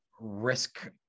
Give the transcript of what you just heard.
risk